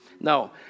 No